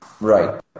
right